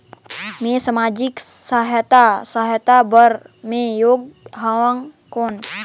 मैं समाजिक सहायता सहायता बार मैं योग हवं कौन?